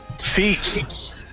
Feet